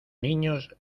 niños